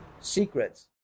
secrets